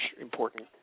important